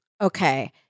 okay